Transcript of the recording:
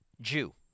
Jew